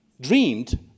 dreamed